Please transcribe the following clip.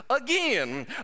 again